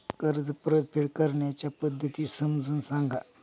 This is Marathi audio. कर्ज परतफेड करण्याच्या पद्धती समजून सांगा